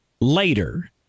later